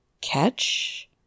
catch